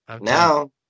Now